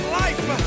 life